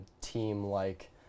team-like